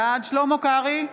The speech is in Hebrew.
בעד שלמה קרעי,